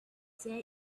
say